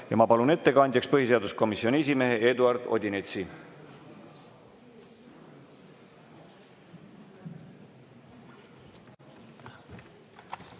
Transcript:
Ma palun ettekandjaks põhiseaduskomisjoni esimehe Eduard Odinetsi.